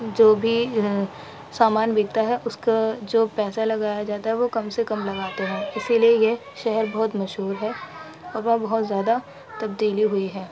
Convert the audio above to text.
جو بھی سامان بکتا ہے اس کا جو پیسہ لگایا جاتا ہے وہ کم سے کم لگاتے ہیں اسی لیے یہ شہر بہت مشہور ہے اور وہاں بہت زیادہ تبدیلی ہوئی ہے